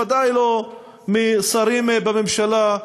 ודאי לא משרים בממשלה,